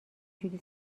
جوری